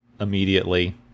immediately